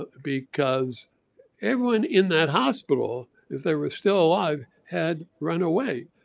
because everyone in that hospital, if they were still alive, had run away.